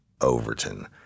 Overton